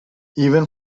even